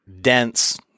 dense